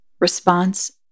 response